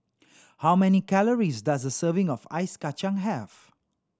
how many calories does a serving of Ice Kachang have